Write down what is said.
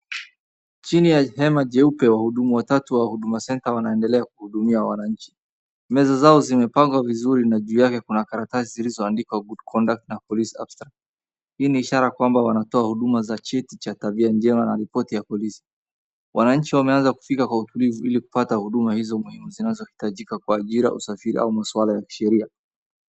Chini ya hema jeupe wahudumu watatu wa huduma center waneendelea kuhudumia wananchi. Meza zao zimepangwa vizuri na juu yake kuna karatasi zilizoandikwa good conduct na police abstract . Hii ni ishara kwamba wanatoa huduma za cheti cha tabia njema na ripoti ya polisi. Wananchi wameanza kufika kwa utulivu ili kupata huduma izo muhimu zinazohitajika kwa ajili ya usafiri au maswala ya kisheria.